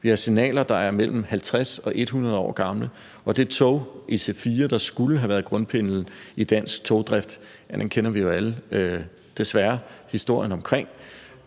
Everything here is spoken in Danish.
vi har signaler, der er mellem 50 og 100 år gamle, og det tog, IC4, der skulle have været grundpillen i dansk togdrift, kender vi jo desværre alle historien omkring.